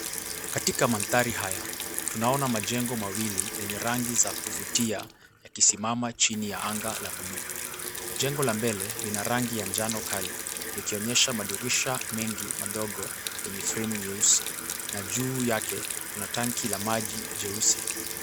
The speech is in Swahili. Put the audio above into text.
Katika mandhari haya, tunaona majengo mawili yenye rangi za kuvutia yakisimama chini ya anga la cs blue cs. Jengo la mbele lina rangi ya njano kali, likionyesha madirisha mengi madogo yenye fremu nyeusi. Na juu yake, kuna tanki la maji jeusi.